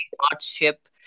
hardship